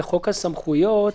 לחוק הסמכויות,